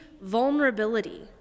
vulnerability